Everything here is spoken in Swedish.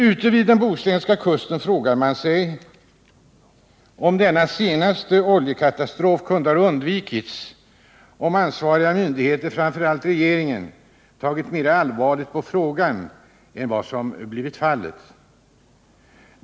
Ute vid den bohuslänska kusten frågar man sig, om den senaste oljekatastrofen kunde ha undvikits om ansvariga myndigheter, framför allt regeringen, tagit mera allvarligt på frågan än vad som varit fallet.